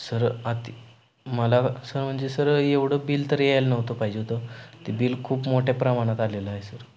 sir आत मला sir म्हणजे सर एवढं बिल तर यायला नव्हतं पाहिजे होतं ते बिल खूप मोठ्या प्रमाणात आलेलं आहे सर